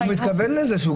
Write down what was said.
הוא מתכוון לזה,